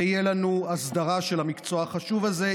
ותהיה לנו אסדרה של המקצוע החשוב הזה.